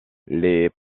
les